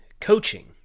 coaching